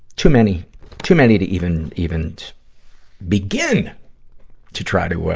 too many too many to even, even begin to try to, ah,